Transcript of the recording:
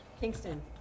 Kingston